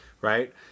right